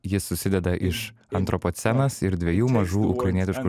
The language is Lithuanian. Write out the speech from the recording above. jis susideda iš antropocenas ir dviejų mažų ukrainietiškų